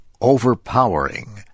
overpowering